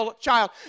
child